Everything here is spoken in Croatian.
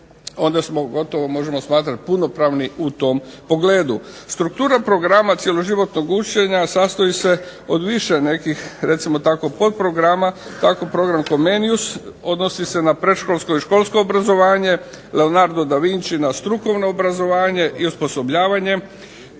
onda smo gotovo možemo smatrat punopravni u tom pogledu. Struktura programa cjeloživotnog učenja sastoji se od više nekih recimo tako potprograma, tako program …/Govornik se ne razumije./… odnosi se na predškolsko i školsko obrazovanje, Leonardo da Vinci na strukovno obrazovanje i osposobljavanje,